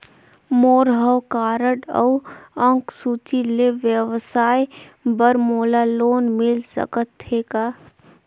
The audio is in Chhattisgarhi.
मोर हव कारड अउ अंक सूची ले व्यवसाय बर मोला लोन मिल सकत हे का?